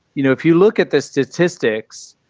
you know if you look at the statistics,